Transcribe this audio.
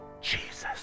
Jesus